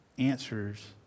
Answers